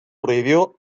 prohibió